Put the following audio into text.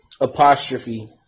Apostrophe